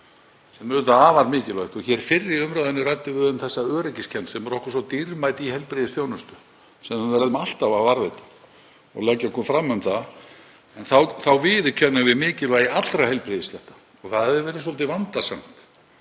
er auðvitað afar mikilvægt, og fyrr í umræðunni ræddum við um þessa öryggiskennd sem er okkur svo dýrmæt í heilbrigðisþjónustu sem við verðum alltaf að varðveita og leggja okkur fram um það. Við viðurkennum mikilvægi allra heilbrigðisstétta og það hefur verið svolítið vandasamt,